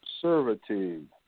servitude